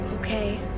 Okay